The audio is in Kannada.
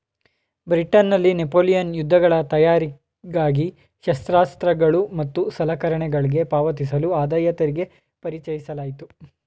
ಬ್ರಿಟನ್ನಲ್ಲಿ ನೆಪೋಲಿಯನ್ ಯುದ್ಧಗಳ ತಯಾರಿಗಾಗಿ ಶಸ್ತ್ರಾಸ್ತ್ರಗಳು ಮತ್ತು ಸಲಕರಣೆಗಳ್ಗೆ ಪಾವತಿಸಲು ಆದಾಯತೆರಿಗೆ ಪರಿಚಯಿಸಲಾಯಿತು